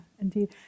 indeed